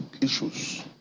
issues